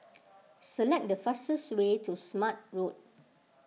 select the fastest way to Smart Road